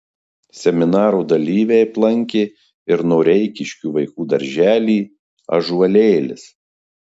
seminaro dalyviai aplankė ir noreikiškių vaikų darželį ąžuolėlis